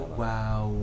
wow